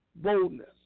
Boldness